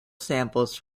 samples